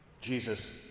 Jesus